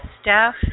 staff